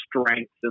strengths